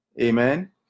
amen